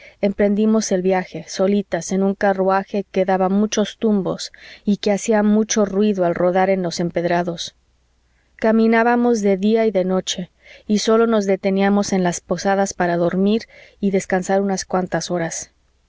emprendimos el viaje solitas en un carruaje que daba muchos tumbos y que hacía mucho ruido al rodar en los empedrados caminábamos de día y de noche y sólo nos deteníamos en las posadas para dormir y descansar unas cuantas horas